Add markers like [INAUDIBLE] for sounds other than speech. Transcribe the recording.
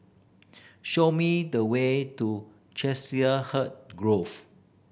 show me the way to [UNINTELLIGIBLE] Grove